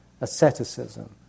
asceticism